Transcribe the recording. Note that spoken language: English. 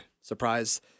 Surprise